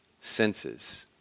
senses